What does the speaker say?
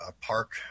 park